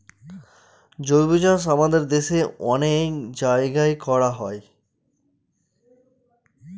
জৈবচাষ আমাদের দেশে অনেক জায়গায় করা হয়